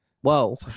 whoa